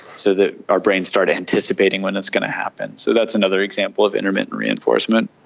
so that our brains start anticipating when it's going to happen. so that's another example of intermittent reinforcement.